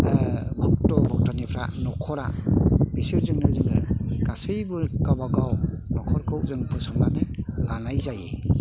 भक्त' भक्तानिफ्रा न'खरा बिसोरजोंनो जोङो गासैबो गावबागाव न'खरखौ जों फोसाबनानै लानाय जायो